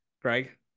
Greg